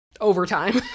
overtime